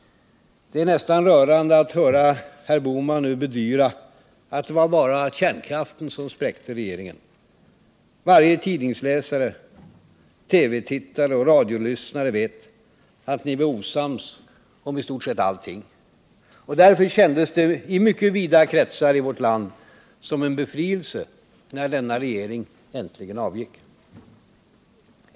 Det är nästan rörande att höra herr Bohman nu bedyra att det bara var kärnkraften som spräckte regeringen. Varje tidningsläsare, TV-tittare och radiolyssnare vet att ni var osams om i stort sett allting. Därför kändes det i mycket vida kretsar i vårt land som en befrielse när denna regering äntligen avgick.